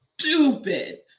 Stupid